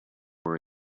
are